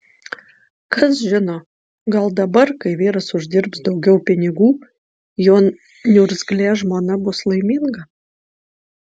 kas žino gal dabar kai vyras uždirbs daugiau pinigų jo niurzglė žmona bus laiminga